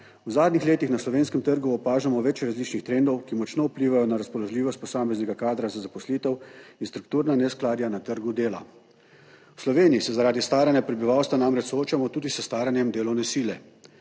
v zadnjih letih na slovenskem trgu opažamo več različnih trendov, ki močno vplivajo na razpoložljivost posameznega kadra za zaposlitev in strukturna neskladja na trgu dela. V Sloveniji se zaradi staranja prebivalstva namreč soočamo tudi s staranjem delovne sile.